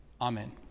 Amen